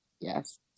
Yes